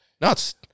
nuts